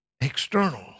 external